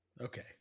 okay